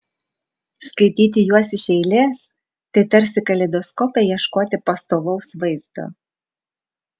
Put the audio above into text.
skaityti juos iš eilės tai tarsi kaleidoskope ieškoti pastovaus vaizdo